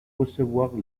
recevoir